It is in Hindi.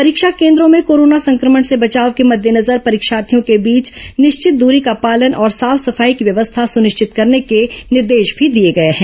परीक्षा केन्द्रों में कोरोना संक्रमण से बचाव के मद्देनजर परीक्षार्थियों के बीच निश्चित दूरी का पालन और साफ सफाई की व्यवस्था सुनिश्चित करने के निर्देश भी दिए गए हैं